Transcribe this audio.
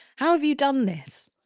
how have you done this?